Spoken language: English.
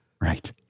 right